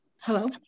hello